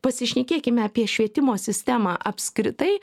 pasišnekėkime apie švietimo sistemą apskritai